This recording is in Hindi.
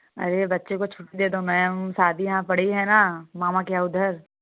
अरे बच्चे को छुट्टी दे दो मैम शादियाँ पड़ी हैं ना मामा के उधर